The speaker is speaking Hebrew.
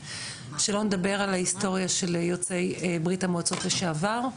שלא נדבר על ההיסטוריה של יוצאי ברית המועצות לשעבר,